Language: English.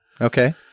Okay